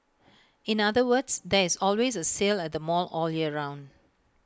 in other words there is always A sale at the mall all year round